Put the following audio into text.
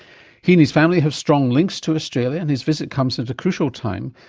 he and his family have strong links to australia and his visit comes at a crucial time,